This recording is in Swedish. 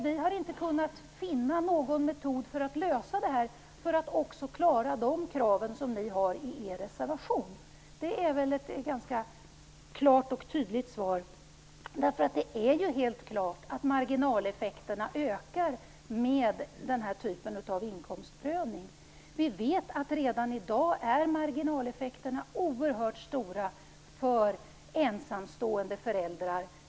Vi har inte kunnat finna någon metod för att lösa detta på ett sådant sätt att vi också klarar kraven i er reservation. Det är väl ett ganska klart och tydligt svar. Det är helt klart att marginaleffekterna ökar med den här typen av inkomstprövning. Redan i dag är ju marginaleffekterna oerhört stora för ensamstående föräldrar.